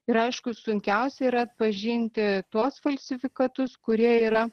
ir aišku sunkiausia yra atpažinti tuos falsifikatus kurie yra